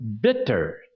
bitter